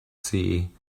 see